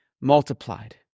multiplied